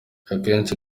akenshi